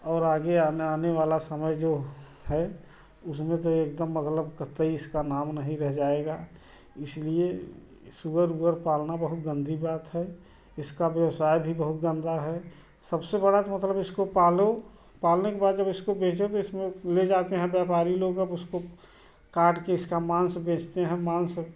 और आगे आना आने वाला समय जो है उसमें तो एकदम मतलब कत्तई इसका नाम नहीं रह जाएगा इसलिए सुअर उअर पालना बहुत गंदी बात है इसका व्यवसाय भी बहुत गंदा है सबसे बड़ा तो मतलब इसको पालो पालने के बाद जब इसको बेचो तो इसमें ले जाते हैं व्यापारी लोग अब उसको काट के इसका मांस बेचते हैं मांस